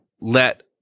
let